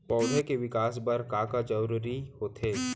पौधे के विकास बर का का जरूरी होथे?